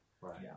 Right